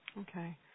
Okay